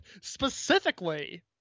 specifically